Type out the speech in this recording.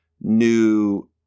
new